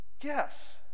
Yes